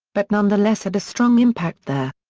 but nonetheless had a strong impact there.